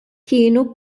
kienu